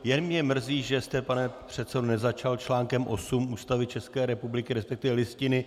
Jen mě mrzí, že jste, pane předsedo, nezačal článkem 8 Ústavy České republiky, resp. Listiny.